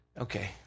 okay